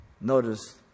Notice